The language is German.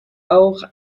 auch